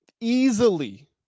easily